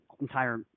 entire